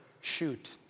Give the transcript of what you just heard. shoot